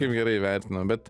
kaip gerai įvertino bet